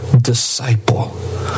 disciple